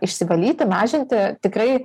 išsivalyti mažinti tikrai